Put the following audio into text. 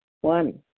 One